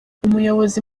umuyobozi